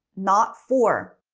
not for.